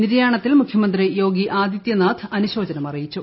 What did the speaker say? നിര്യാണത്തിൽ മുഖ്യമന്ത്രി യോഗി ആദിത്യനാഥ് അനുശോചനം അറിയിച്ചു